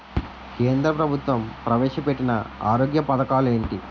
కేంద్ర ప్రభుత్వం ప్రవేశ పెట్టిన ఆరోగ్య పథకాలు ఎంటి?